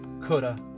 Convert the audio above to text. coulda